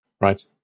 Right